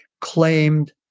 claimed